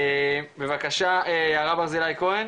בבקשה יערה ברזילי כהן